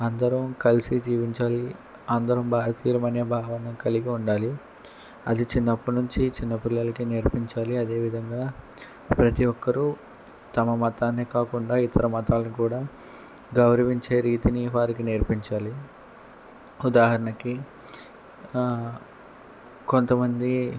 అందరం కలిసి జీవించాలి అందరం భారతీయులమనే భావన కలిగి ఉండాలి అది చిన్నప్పడు నుంచి చిన్నపిల్లలకి నేర్పించాలి అదేవిధంగా ప్రతి ఒక్కరూ తమ మతాన్నే కాకుండా ఇతర మతాల్ని కూడా గౌరవించే రీతిని వారికి నేర్పించాలి ఉదాహరణకి కొంతమంది